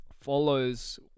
follows